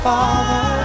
Father